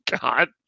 God